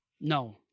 No